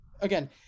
again